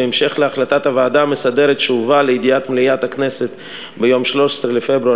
בהמשך להחלטת הוועדה המסדרת שהובאה לידיעת מליאת הכנסת ביום 13 בפברואר